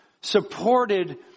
supported